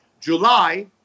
July